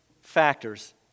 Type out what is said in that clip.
factors